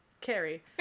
Carrie